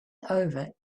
over